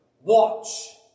Watch